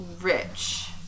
rich